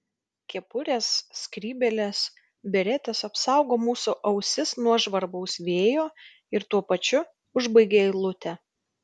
kepurės skrybėlės beretės apsaugo mūsų ausis nuo žvarbaus vėjo ir tuo pačiu užbaigia eilutę